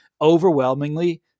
overwhelmingly